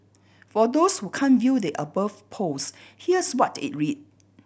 for those who can't view the above post here's what it read